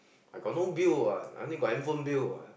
I got no bill what I only got handphone bill what